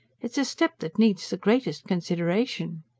it's a step that needs the greatest consideration.